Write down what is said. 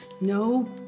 no